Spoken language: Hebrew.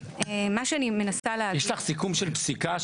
מה שאני מנסה להגיד --- יש לכם סיכום של פסיקה,